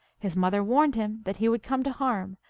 his mother warned him that he would come to harm,